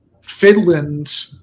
Finland